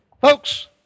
Folks